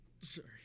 Sorry